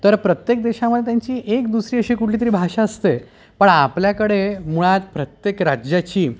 तर प्रत्येक देशामध्ये त्यांची एक दुसरी अशी कुठलीतरी भाषा असते पण आपल्याकडे मुळात प्रत्येक राज्याची